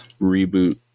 reboot